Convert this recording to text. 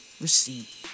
receive